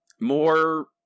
more